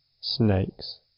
snakes